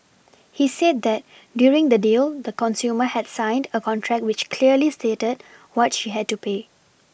he said that during the deal the consumer had signed a contract which clearly stated what she had to pay